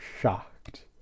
shocked